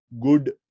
good